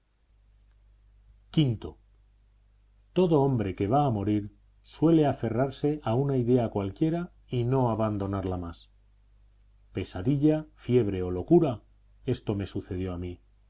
v todo hombre que va a morir suele aferrarse a una idea cualquiera y no abandonarla más pesadilla fiebre o locura esto me sucedió a mí